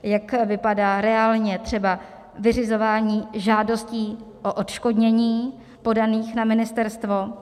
Jak vypadá reálně třeba vyřizování žádostí o odškodnění podaných na ministerstvo.